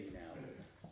now